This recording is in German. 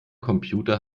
computer